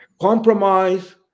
compromise